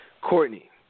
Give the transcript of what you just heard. Courtney